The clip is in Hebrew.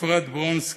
אפרת ברנסקי,